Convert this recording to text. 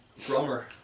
Drummer